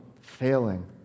failing